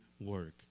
work